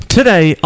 Today